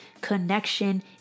connection